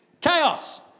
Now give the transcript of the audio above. Chaos